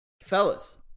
Fellas